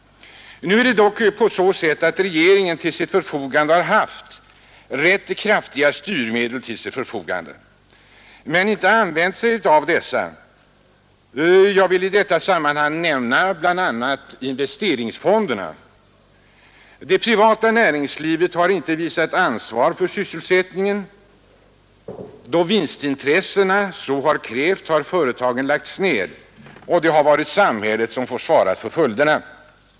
Nu är det dock på så sätt att regeringen har haft rätt kraftiga styrningsmedel till sitt förfogande men inte använt sig av dessa. Jag vill i detta sammanhang nämna bl.a. investeringsfonderna. Det privata näringslivet har inte visat ansvar för sysselsättningen. Då vinstintressena så krävt har företagen lagts ned, och det har varit samhället som fått svara för följderna.